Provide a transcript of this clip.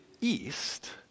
east